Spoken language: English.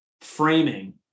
framing